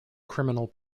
criminal